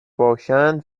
باشند